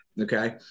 okay